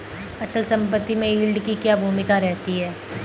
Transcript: अचल संपत्ति में यील्ड की क्या भूमिका रहती है?